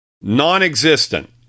Non-existent